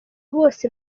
bose